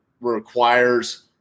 requires